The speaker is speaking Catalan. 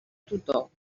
tutor